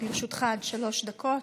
לרשותך עד שלוש דקות.